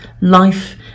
life